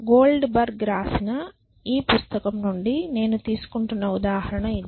Goldberg రాసిన ఈ పుస్తకం నుండి నేను తీసుకుంటున్న ఉదాహరణ ఇది